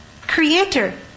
creator